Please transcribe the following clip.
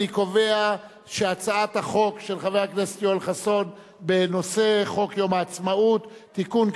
את הצעת חוק יום העצמאות (תיקון,